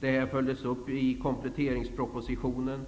Det följdes upp i kompletteringspropositionen.